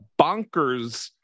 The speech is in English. bonkers